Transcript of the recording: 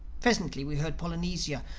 presently we heard polynesia,